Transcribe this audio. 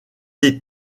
des